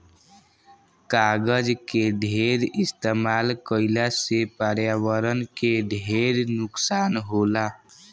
कागज के ढेर इस्तमाल कईला से पर्यावरण के ढेर नुकसान होला